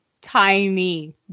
tiny